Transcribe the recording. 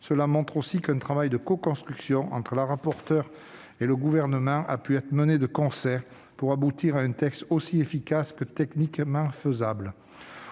Cela montre également qu'un travail coconstruction entre la rapporteure et le Gouvernement a pu être mené pour aboutir à un texte aussi efficace que techniquement réalisable.